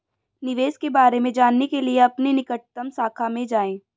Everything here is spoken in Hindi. निवेश के बारे में जानने के लिए अपनी निकटतम शाखा में जाएं